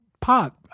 pot